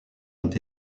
ont